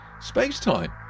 space-time